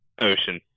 Ocean